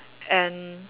and